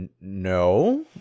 no